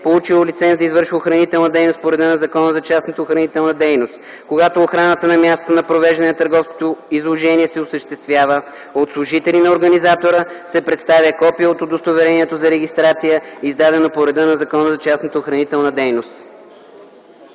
получило лиценз да извършва охранителна дейност по реда на Закона за частната охранителна дейност. Когато охраната на мястото на провеждане на търговското изложение се осъществява от служители на организатора, се представя копие от удостоверението за регистрация, издадено по реда на Закона за частната охранителна дейност.”